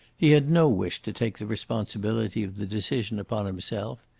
he had no wish to take the responsibility of the decision upon himself.